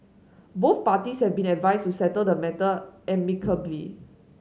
both parties have been advised to settle the matter amicably